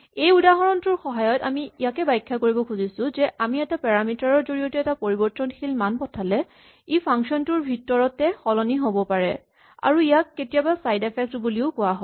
এই উদাহৰণটোৰ সহায়ত আমি ইয়াকে ব্যাখ্যা কৰিব খুজিছো যে আমি এটা পেৰামিটাৰ ৰ জৰিয়তে এটা পৰিবৰ্তনশীল মান পঠালে ই ফাংচন টোৰ ভিতৰতে সলনি হ'ব পাৰে আৰু ইয়াক কেতিয়াবা চাইড এফেক্ট বুলিও কোৱা হয়